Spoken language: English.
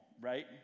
right